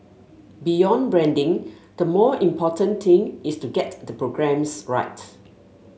beyond branding the more important thing is to get the programmes right